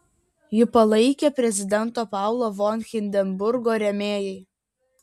jį palaikė prezidento paulo von hindenburgo rėmėjai